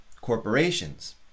corporations